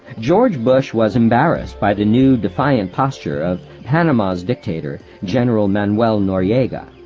george bush was embarrassed by the new defiant posture of panama's dictator, general manuel noriega.